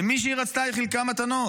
למי שהיא רצתה היא חילקה מתנות.